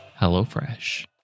HelloFresh